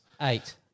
Eight